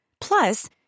Plus